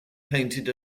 painted